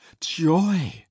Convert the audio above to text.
Joy